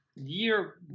Year